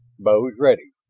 bows ready,